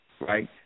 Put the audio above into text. right